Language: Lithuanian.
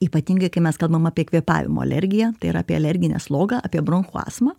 ypatingai kai mes kalbam apie kvėpavimo alergiją tai yra apie alerginę slogą apie bronchų astmą